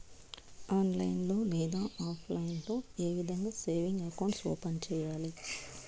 online లో లేదా offline లో ఏ విధంగా సేవింగ్ అకౌంట్ ఓపెన్ సేయాలి